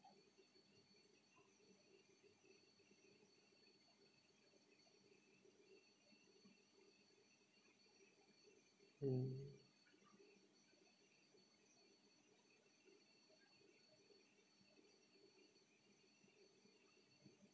mmhmm